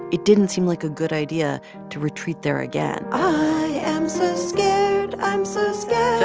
it didn't seem like a good idea to retreat there again i am so scared. i'm so scared.